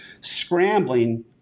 scrambling